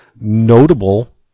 notable